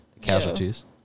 casualties